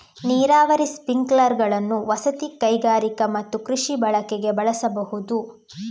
ನೀರಾವರಿ ಸ್ಪ್ರಿಂಕ್ಲರುಗಳನ್ನು ವಸತಿ, ಕೈಗಾರಿಕಾ ಮತ್ತು ಕೃಷಿ ಬಳಕೆಗೆ ಬಳಸಬಹುದು